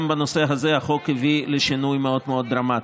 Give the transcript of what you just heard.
גם בנושא הזה החוק הביא לשינוי מאוד דרמטי.